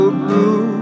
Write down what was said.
blue